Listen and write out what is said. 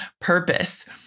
purpose